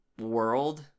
world